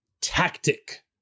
tactic